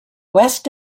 west